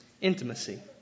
intimacy